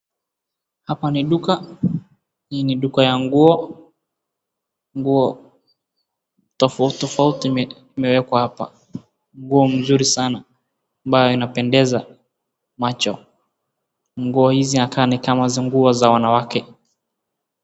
Hapa ni duka. Hii ni duka ya nguo. Nguo tofauti tofauti imewekwa hapa, nguo mzuri sana ambaye inapendeza macho. Nguo hizi inakaa nikama nguo za wanawake.